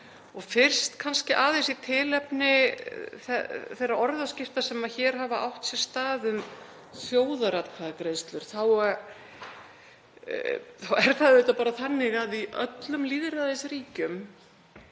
Fyrst kannski aðeins í tilefni þeirra orðaskipta sem hér hafa átt sér stað um þjóðaratkvæðagreiðslur. Það er það auðvitað bara þannig að í öllum lýðræðisríkjum,